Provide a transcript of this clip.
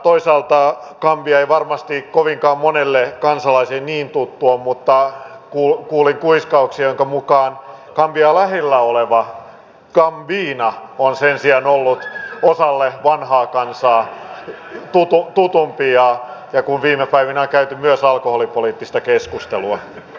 toisaalta gambia ei varmasti kovinkaan monelle kansalaiselle niin tuttu ole mutta kuulin kuiskutuksia joiden mukaan gambiaa lähellä oleva gambina on sen sijaan ollut osalle vanhaa kansaa tutumpi kun viime päivinä on käyty myös alkoholipoliittista keskustelua